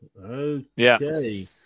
Okay